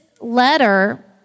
letter